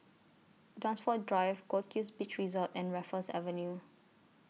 Dunsfold Drive Goldkist Beach Resort and Raffles Avenue